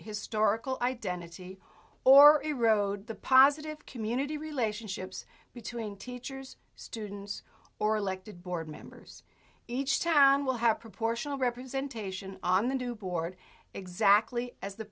historical identity or erode the positive community relationships between teachers students or elected board members each town will have proportional representation on the new board exactly as the